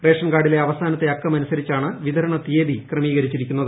റേഷൻകാർഡിലെ അവസാനത്തെ അക്കം അനുസരിച്ചാണ് വിതരണ തിയതി ക്രമീകരിച്ചിരിക്കുന്നത്